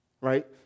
Right